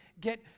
get